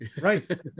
Right